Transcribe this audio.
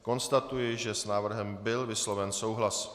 Konstatuji, že s návrhem byl vysloven souhlas.